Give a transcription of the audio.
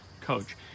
coach